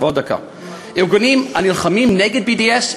עוד דקה, ארגונים הנלחמים נגד BDS,